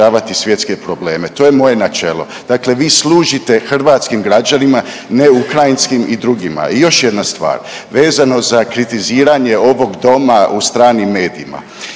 svjetske probleme. To je moje načelo. Dakle vi služite hrvatskim građanima, ne ukrajinskim i drugima. I još jedna stvar vezano za kritiziranje ovog Doma u stranim medijima.